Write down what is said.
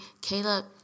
Caleb